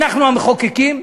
אנחנו המחוקקים,